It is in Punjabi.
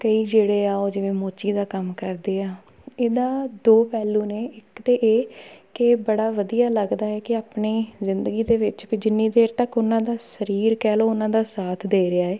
ਕਈ ਜਿਹੜੇ ਆ ਉਹ ਜਿਵੇਂ ਮੋਚੀ ਦਾ ਕੰਮ ਕਰਦੇ ਆ ਇਹਦਾ ਦੋ ਪਹਿਲੂ ਨੇ ਇੱਕ ਤਾਂ ਇਹ ਕਿ ਬੜਾ ਵਧੀਆ ਲੱਗਦਾ ਹੈ ਕਿ ਆਪਣੀ ਜ਼ਿੰਦਗੀ ਦੇ ਵਿੱਚ ਵੀ ਜਿੰਨੀ ਦੇਰ ਤੱਕ ਉਹਨਾਂ ਦਾ ਸਰੀਰ ਕਹਿ ਲਉ ਉਹਨਾਂ ਦਾ ਸਾਥ ਦੇ ਰਿਹਾ ਹੈ